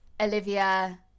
Olivia